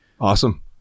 Awesome